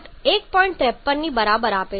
53 ની બરાબર આપે છે